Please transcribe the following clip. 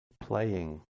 playing